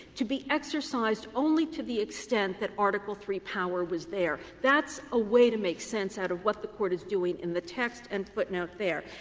to be exercised only to the extent that article iii power was there. that's a way to make sense out of what the court is doing in the text and footnote there.